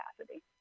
capacity